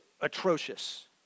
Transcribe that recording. atrocious